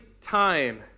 time